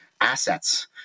assets